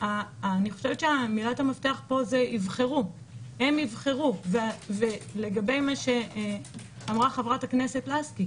והם יבחרו ולגבי מה שאמרה חברת הכנסת לסקי